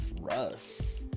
russ